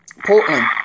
Portland